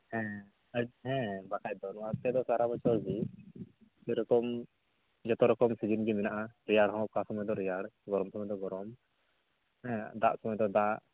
ᱦᱮᱸ ᱦᱮᱸ ᱵᱟᱠᱷᱟᱱ ᱫᱚ ᱱᱚᱛᱮ ᱫᱚ ᱥᱟᱨᱟ ᱵᱚᱪᱷᱚᱨ ᱜᱮ ᱥᱮᱨᱚᱠᱚᱢ ᱡᱚᱛᱚ ᱨᱚᱠᱚᱢ ᱥᱤᱡᱤᱱ ᱜᱮ ᱢᱮᱱᱮᱜᱼᱟ ᱨᱮᱭᱟᱲ ᱦᱚᱸ ᱚᱠᱟ ᱥᱚᱢᱚᱭ ᱫᱚ ᱨᱮᱭᱟᱲ ᱜᱚᱨᱚᱢ ᱥᱚᱢᱚᱭ ᱫᱚ ᱜᱚᱨᱚᱢ ᱦᱮᱸ ᱫᱟᱜ ᱥᱚᱢᱚᱭ ᱫᱚ ᱫᱟᱜ